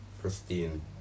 Pristine